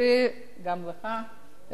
וגם לך,